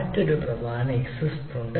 മറ്റൊരു പ്രധാന എക്സിറ്റ് ഉണ്ട്